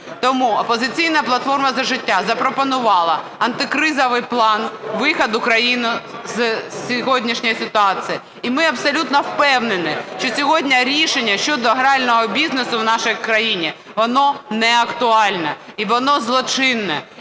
Тому "Опозиційна платформа – За життя" запропонувала антикризовий план виходу країни з сьогоднішньої ситуації. І ми абсолютно впевнені, що сьогодні рішення щодо грального бізнесу в нашій країні воно неактуальне і воно злочинне.